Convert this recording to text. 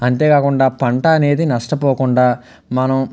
అంతేకాకుండా పంట అనేది నష్టపోకుండా మనం